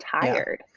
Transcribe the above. tired